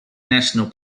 national